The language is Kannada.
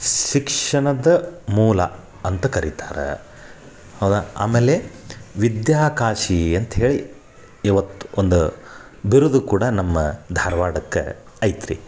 ಶಿಕ್ಷಣದ ಮೂಲ ಅಂತ ಕರಿತಾರೆ ಹೌದಾ ಆಮೇಲೆ ವಿದ್ಯಾಕಾಶಿ ಅಂತ ಹೇಳಿ ಇವತ್ತು ಒಂದು ಬಿರುದು ಕೂಡ ನಮ್ಮ ಧಾರ್ವಾಡಕ್ಕೆ ಐತ್ರಿ